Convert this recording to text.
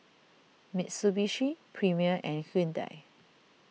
Mitsubishi Premier and Hyundai